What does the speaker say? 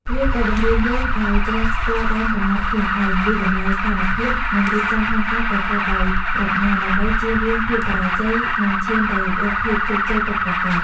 វាក៏បង្រៀនយើងឲ្យចេះស្គាល់ដែនកំណត់ខ្លួនឯង វាយតម្លៃស្ថានភាព និងរៀបចំផែនការប្រកបដោយប្រាជ្ញា ដើម្បីជៀសវាងភាពបរាជ័យ និងឈានទៅរកភាពជោគជ័យពិតប្រាកដ។